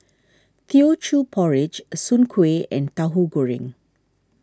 Teochew Porridge Soon Kway and Tahu Goreng